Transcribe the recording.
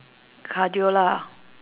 cardio lah